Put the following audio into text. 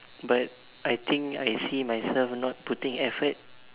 but I think I see myself not putting effort